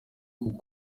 kuko